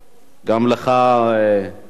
גם לך הזכות,